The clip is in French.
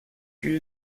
lieu